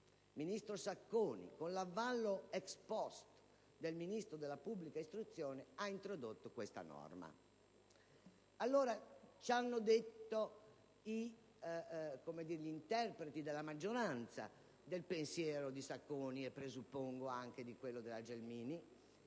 il ministro Sacconi, con l'avallo *ex post* del Ministro dell'istruzione, abbia introdotto questa norma. Gli interpreti della maggioranza del pensiero di Sacconi - e presuppongo anche di quello della Gelmini